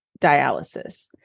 dialysis